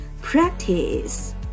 practice